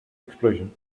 explosion